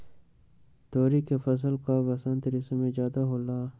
तोरी के फसल का बसंत ऋतु में ज्यादा होला?